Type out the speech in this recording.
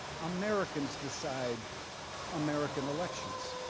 americans decide american elections.